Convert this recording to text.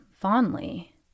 fondly